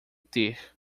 ter